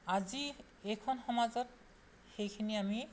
আজি এইখন সমাজত সেইখিনি আমি